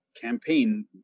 campaign